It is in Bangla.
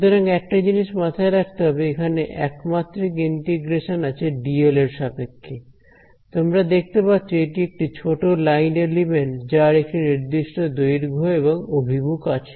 সুতরাং একটা জিনিস মাথায় রাখতে হবে এখানে একমাত্রিক ইন্টিগ্রেশন আছে ডিএল এর সাপেক্ষে তোমরা দেখতে পাচ্ছ এটি একটি ছোট লাইন এলিমেন্ট যার একটি নির্দিষ্ট দৈর্ঘ্য এবং অভিমুখ আছে